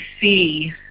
see